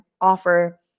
offer